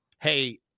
Hey